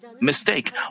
mistake